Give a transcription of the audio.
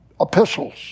epistles